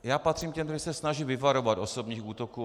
Já patřím k těm, kteří se snaží vyvarovat osobních útoků.